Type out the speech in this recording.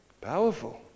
powerful